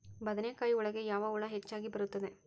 ಬದನೆಕಾಯಿ ಒಳಗೆ ಯಾವ ಹುಳ ಹೆಚ್ಚಾಗಿ ಬರುತ್ತದೆ?